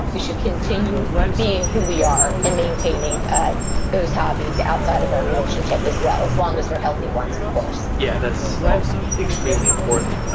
you should continue being who we are, and maintaining ah those hobbies outside of our relationship as well, as long as they're healthy ones, of course yeah, that's extremely important.